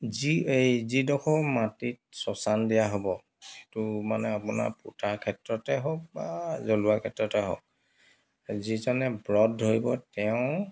যি এই যিডখৰ মাটিত শ্মশান দিয়া হ'ব সেইটো মানে আপোনাৰ পোতা ক্ষেত্ৰতে হওক বা জ্বলোৱা ক্ষেত্ৰতে হওক যিজনে ব্ৰত ধৰিব তেওঁ